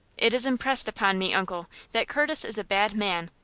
it is impressed upon me, uncle, that curtis is a bad man.